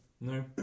No